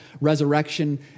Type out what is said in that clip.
resurrection